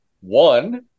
One